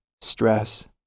stress